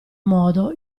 modo